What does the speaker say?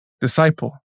Disciple